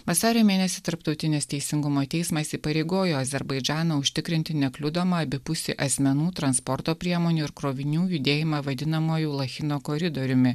vasario mėnesį tarptautinis teisingumo teismas įpareigojo azerbaidžaną užtikrinti nekliudomą abipusį asmenų transporto priemonių ir krovinių judėjimą vadinamuoju lachino koridoriumi